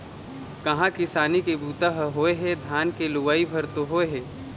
कहाँ किसानी के बूता ह होए हे, धान के लुवई भर तो होय हे